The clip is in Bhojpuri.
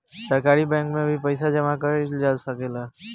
सहकारी बैंक में भी पइसा जामा कईल जा सकेला